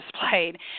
displayed